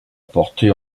porté